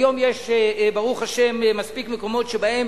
היום יש, ברוך השם, מספיק מקומות שבהם